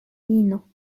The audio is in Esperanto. fino